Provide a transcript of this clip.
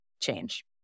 change